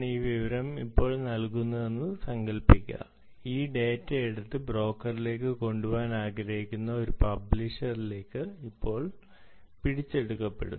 ഈ വിവരം ഇപ്പോൾ നടക്കുന്നുവെന്ന് സങ്കൽപ്പിക്കുക ഈ ഡാറ്റ എടുത്ത് ബ്രോക്കറിലേക്ക് കൊണ്ടുപോകാൻ ആഗ്രഹിക്കുന്ന ഒരു പബ്ലിഷറിലേക്ക് ഇത് കൊടുക്കുന്നു